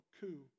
coup